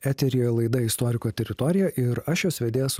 eteryje laida istoriko teritorija ir aš jos vedėjas